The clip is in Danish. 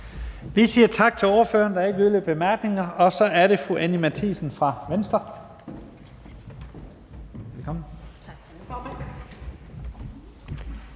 Vi siger tak til ordføreren. Der er ikke yderligere korte bemærkninger, og så er det fru Anni Matthiesen fra Venstre.